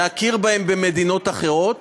להכיר בהן במדינות אחרות,